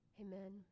Amen